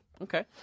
Okay